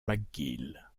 mcgill